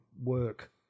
work